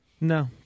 No